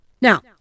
Now